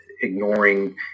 ignoring